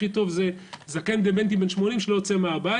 הכי טוב זה זקן דמנטי בן 80 שלא יוצא מהבית